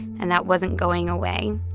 and that wasn't going away.